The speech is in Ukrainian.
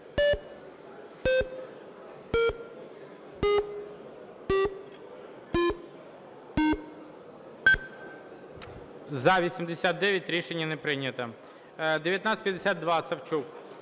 За-89 Рішення не прийнято. 1952, Савчук.